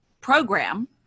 program